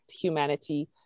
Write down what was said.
humanity